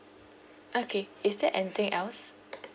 okay is there anything else